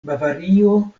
bavario